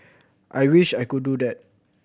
I wish I could do that